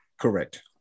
correct